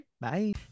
Bye